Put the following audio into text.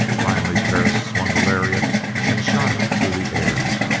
finally perris swung the lariat and shot it through the air.